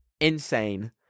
Insane